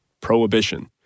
Prohibition